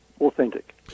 authentic